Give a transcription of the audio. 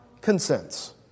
consents